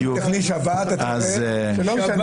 בדיוק, בשבת אתה רואה שלא משנה,